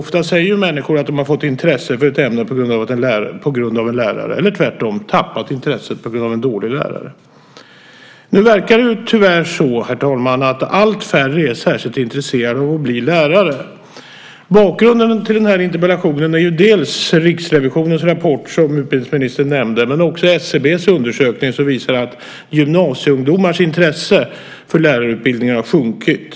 Ofta säger människor att de har fått intresse för ett ämne på grund av läraren i ämnet eller tvärtom, att de tappat intresset på grund av en dålig lärare. Herr talman! Tyvärr verkar nu allt färre vara särskilt intresserade av att bli lärare. Bakgrunden till min interpellation är dels Riksrevisionens rapport, som utbildningsministern nämnde, dels SCB:s undersökning som visar att gymnasieungdomars intresse för lärarutbildningen har sjunkit.